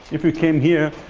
if you came here,